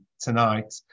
tonight